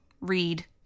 read